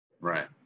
Right